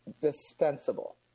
dispensable